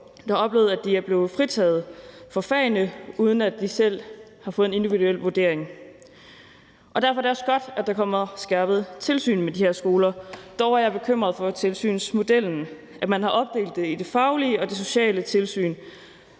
har oplevet, at de er blevet fritaget for fagene, uden at de selv har fået en individuel vurdering. Derfor er det også godt, at der kommer skærpet tilsyn med de her skoler. Dog er jeg bekymret for tilsynsmodellen, altså at man har opdelt det i det faglige og det sociale tilsyn.